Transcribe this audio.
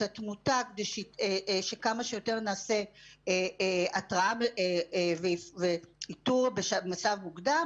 התמותה כדי כמה שיותר נעשה התרעה ואיתור במצב מוקדם.